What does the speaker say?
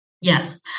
Yes